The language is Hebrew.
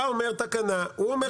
אתה אומר תקנה, הוא אומר חוק.